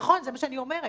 נכון, זה מה שאני אומרת.